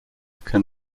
can